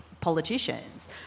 politicians